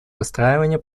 выстраивания